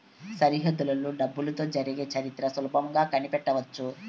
సరిహద్దులలో డబ్బులతో జరిగే చరిత్ర సులభంగా కనిపెట్టవచ్చు